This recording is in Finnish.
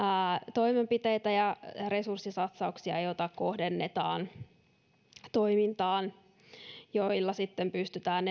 toimenpiteitä ja resurssisatsauksia joita kohdennetaan toimintaan jolla pystytään